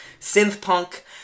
synth-punk